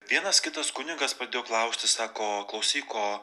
vienas kitas kunigas pradėjo klausti sako o klausyk o